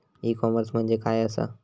E commerce म्हणजे काय असा?